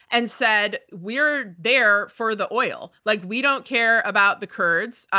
and said, we're there for the oil. like, we don't care about the kurds.